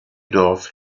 dorf